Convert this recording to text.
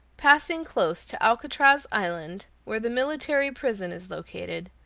passing close to alcatraz island, where the military prison is located,